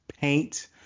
Paint